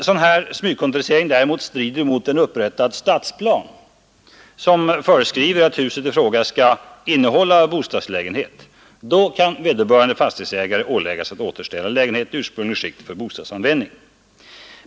Om en smygkontorisering däremot strider mot en upprättad stadsplan, som förutsätter att huset i fråga skall innehålla bostadslägenheter, då kan vederbörande fastighetsägare åläggas att återställa lägenheten i ursprungligt skick för bostadsanvändning.